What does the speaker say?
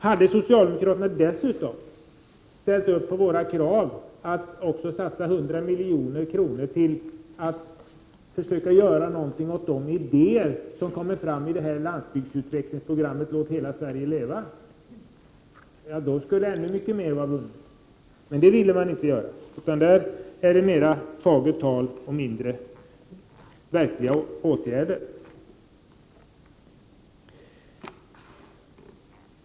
Hade socialdemokraterna dessutom ställt sig bakom vårt krav att också satsa 100 milj.kr. på att försöka att göra något-av de idéer som kommer ut av detta landsbygdsutvecklingsprogram ”Låt hela Sverige leva”, då skulle ännu mycket mer vara vunnet. Men det ville man inte göra. Socialdemokraterna ägnar sig mer åt fagert tal än åt att vidta åtgärder.